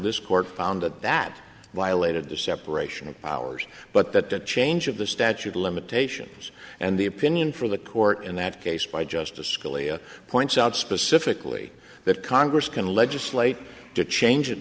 this court found that that violated the separation of powers but that that change of the statute of limitations and the opinion for the court in that case by justice scalia points out specifically that congress can legislate to change an